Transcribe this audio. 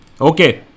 okay